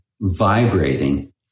vibrating